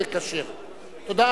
תודה.